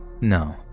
no